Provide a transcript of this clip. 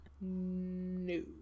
no